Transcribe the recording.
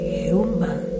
human